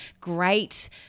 great